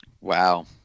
Wow